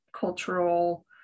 cultural